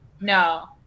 no